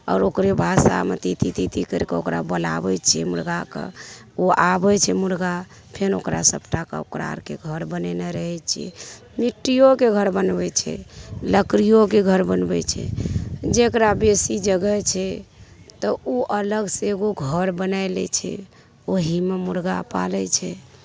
आओर ओकरे भाषामे ती ती करि कऽ बोलाबै छियै मुर्गा कऽ ओ आबै छै मुर्गा फेन ओकरा सबटा कऽ ओकरा आरके घर बनेने रहै छियै मिट्टियोके घर बनबै छै लकड़ियोके घर बनबै छै जेकरा बेसी जगह छै तऽ ओ अलग से एगो घर बनाइ लै छै ओहिमे मुर्गा पालै छै